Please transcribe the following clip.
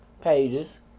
pages